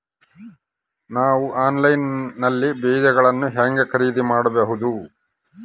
ನಾವು ಆನ್ಲೈನ್ ನಲ್ಲಿ ಬೇಜಗಳನ್ನು ಹೆಂಗ ಖರೇದಿ ಮಾಡಬಹುದು?